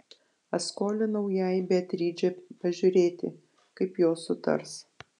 aš skolinau jai beatričę pažiūrėti kaip jos sutars